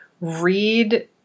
read